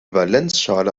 valenzschale